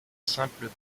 simple